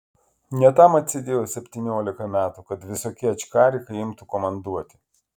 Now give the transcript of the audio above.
ne tam atsėdėjau septyniolika metų kad visokie ačkarikai imtų komanduoti